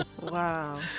Wow